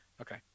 Okay